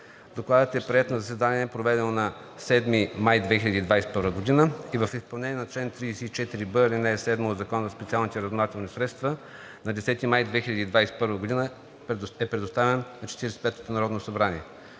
Докладът е приет на заседание, проведено на 7 май 2021 г., и в изпълнение на чл. 34б, ал. 7 от Закона за специалните разузнавателни средства – на 10 май 2021 г., и е предоставен на 45-ото народно събрание.